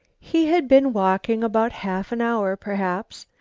he had been walking about half an hour, perhaps,